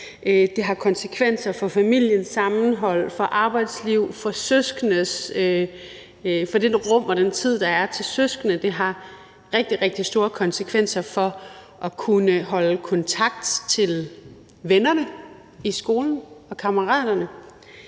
Det har konsekvenser for familiens sammenhold, for arbejdsliv, og for det rum og den tid, der er til søskende. Det har rigtig, rigtig store konsekvenser for at kunne holde kontakt til vennerne i skolen. Da jeg var